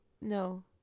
no